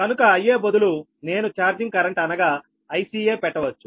కనుక Ia బదులు నేను చార్జింగ్ కరెంట్ అనగా Ica పెట్టవచ్చు